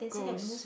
ghost